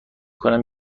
کنم